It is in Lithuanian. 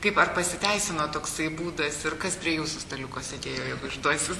kaip ar pasiteisino toksai būdas ir kas prie jūsų staliuko sėdėjo jeigu išduosit